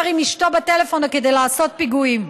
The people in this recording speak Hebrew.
עם אשתו בטלפון אלא כדי לעשות פיגועים.